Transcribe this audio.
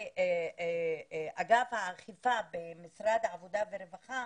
באגף האכיפה במשרד העבודה והרווחה,